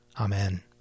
Amen